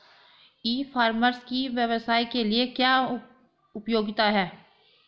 ई commerce की व्यवसाय के लिए क्या उपयोगिता है?